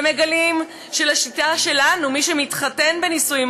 ומגלים שלשיטה שלנו מי שמתחתן בנישואים